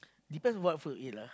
depends on what food you eat lah